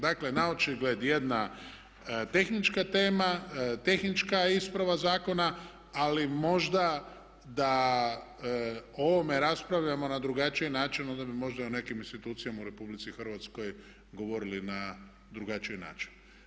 Dakle, naočigled jedna tehnička tema, tehnička ispravka zakona ali možda da o ovome raspravljamo na drugačiji način onda bi možda o nekim institucijama u RH govorili na drugačiji način.